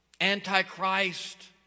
Antichrist